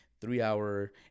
three-hour